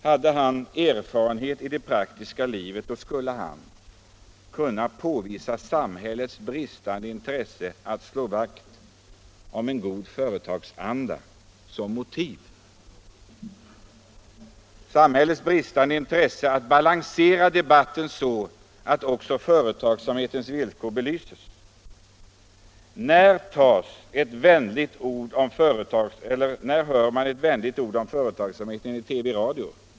Hade han erfarenhet av det praktiska livet skulle han som motiv kunna påvisa sam Näringspolitiken Näringspolitiken hällets bristande intresse för att slå vakt om en god företagaranda och att balansera debatten så att också företagsamhetens villkor belyses. När hör man ett vänligt ord om företagsamheten i TV-radio?